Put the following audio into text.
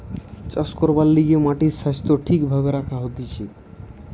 চাষ করবার লিগে মাটির স্বাস্থ্য ঠিক ভাবে রাখা হতিছে